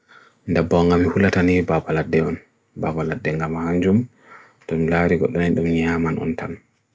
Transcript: nda bwag ami hulatani bapalat deon. Bapalat de nga manjum. nda nlaarikot naidun niaaman on tam.